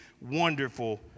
wonderful